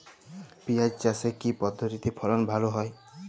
পিঁয়াজ চাষে কি পদ্ধতিতে ফলন ভালো হয়?